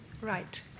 Right